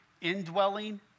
indwelling